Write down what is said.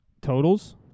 Totals